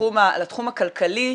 לתחום הכלכלי,